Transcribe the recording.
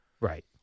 Right